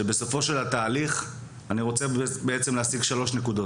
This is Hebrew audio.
שבסופו של התהליך אני רוצה בעצם להשיג שלוש נקודות: